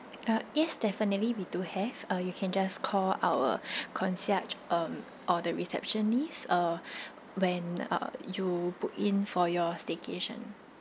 uh yes definitely we do have uh you can just call our concierge um or the receptionist uh when uh you put in for your staycation